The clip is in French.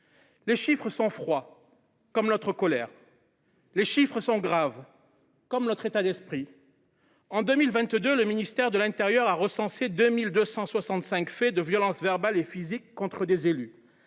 Les chiffres sont froids, comme notre colère. Les chiffres sont graves, comme notre état d’esprit. En 2022, le ministère de l’intérieur a recensé 2 265 faits de violences verbales et physiques contre des élus,